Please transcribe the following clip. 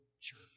church